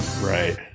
right